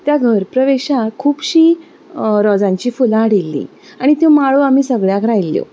त्या घरप्रवेशाक खुबशीं रोजांचीं फुलां हाडिल्लीं आनी त्यो माळो आमी सगळ्याक लायिल्ल्यो